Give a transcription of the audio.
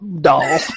doll